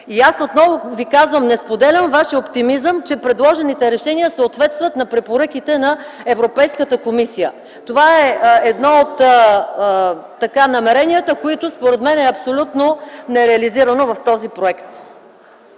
И аз отново ви казвам – не споделям вашия оптимизъм, че предложените решения съответстват на препоръките на Европейската комисия. Това е едно от намеренията, което според мен е абсолютно нереализирано в този проект.